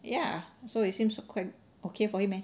ya so it seems quite okay for him leh